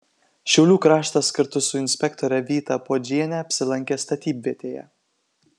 šiaulių kraštas kartu su inspektore vyta puodžiene apsilankė statybvietėje